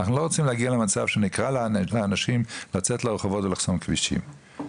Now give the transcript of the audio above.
אנחנו לא רוצים להגיע למצב שנקרא לאנשים לצאת לרחובות ולחסום כבישים,